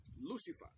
lucifer